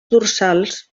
dorsals